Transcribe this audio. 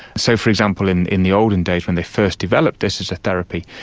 so, for example, in in the olden days when they first developed this as a therapy,